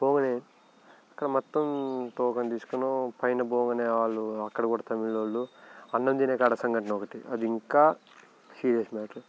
పోగానే అక్కడ మొత్తం టోకెన్ తీసుకున్నాం పైన పోగానే వాళ్ళు అక్కడ కూడా తమిళోళ్ళు అన్నం తినే కాడ సంఘటన ఒకటి అది ఇంకా సీరియస్